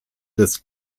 des